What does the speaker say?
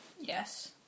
Yes